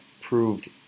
proved